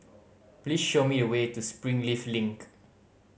please show me the way to Springleaf Link